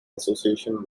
association